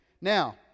Now